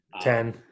Ten